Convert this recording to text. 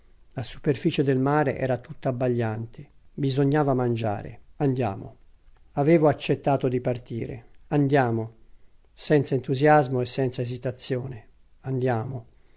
la superficie del mare era tutta abbagliante bisognava mangiare andiamo avevo accettato di partire andiamo senza entusiasmo e senza esitazione andiamo